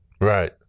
Right